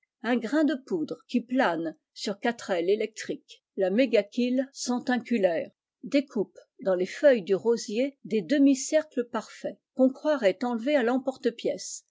un gr ain de poudre qui plane sur quatre ailes électriques la mégachile centunculaire découpe dans les feuilles du rosier des demi-cercle parfaits quon croirait enlevés à temporte pièce